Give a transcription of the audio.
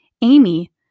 Amy